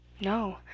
No